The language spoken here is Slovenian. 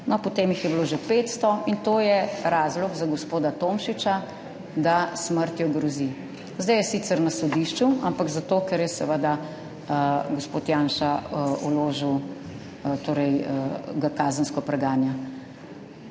potem jih je bilo že 500 in to je razlog za gospoda Tomšiča, da grozi s smrtjo. Zdaj je sicer na sodišču, ampak zato, ker ga seveda gospod Janša kazensko preganja.